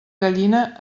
gallina